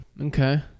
Okay